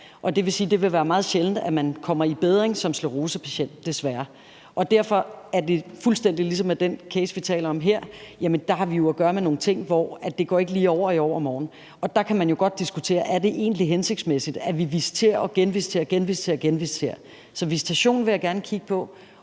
det vil være meget sjældent, at man som sklerosepatient kommer i bedring. Derfor er det fuldstændig ligesom med den case, vi taler om her, altså at vi jo dér har at gøre med nogle ting, hvor det ikke lige går over i overmorgen. Og der kan man jo godt diskutere, om det egentlig er hensigtsmæssigt, at vi visiterer, genvisiterer og genvisiterer. Så visitationen vil jeg gerne kigge på,